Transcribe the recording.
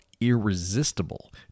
irresistible